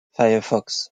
firefox